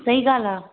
सही ॻाल्हि आहे